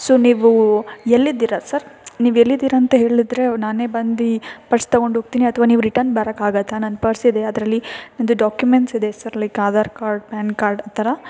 so ನೀವು ಎಲ್ಲಿದ್ದೀರಾ sir ನೀವು ಎಲ್ಲಿದ್ದೀರಂತ ಹೇಳಿದರೆ ನಾನೇ ಬಂದು ಪರ್ಸ್ ತಗೊಂಡು ಹೋಗ್ತೀನಿ ಅಥವಾ ನೀವು ರಿಟರ್ನ್ ಬರೋಕ್ಕಾಗತ್ತಾ ನನ್ನ ಪರ್ಸ್ ಇದೆ ಅದರಲ್ಲಿ ನನ್ನದು ಡಾಕ್ಯುಮೆಂಟ್ಸ್ ಇದೆ sir like Aadhaar card PAN card ಆ ಥರ